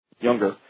Younger